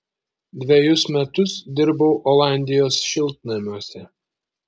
dvejus metus dirbau olandijos šiltnamiuose